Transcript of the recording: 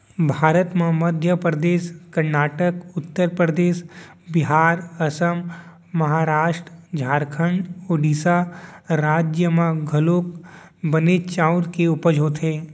भारत म मध्य परदेस, करनाटक, उत्तर परदेस, बिहार, असम, महारास्ट, झारखंड, ओड़ीसा राज म घलौक बनेच चाँउर के उपज होथे